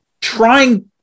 trying